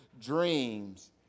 dreams